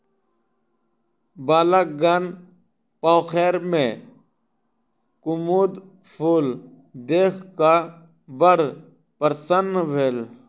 बालकगण पोखैर में कुमुद फूल देख क बड़ प्रसन्न भेल